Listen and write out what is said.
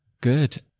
Good